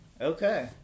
Okay